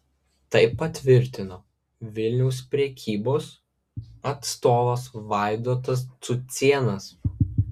tai patvirtino vilniaus prekybos atstovas vaidotas cucėnas